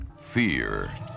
Fear